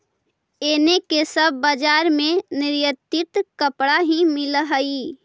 एने के सब बजार में निर्यातित कपड़ा ही मिल हई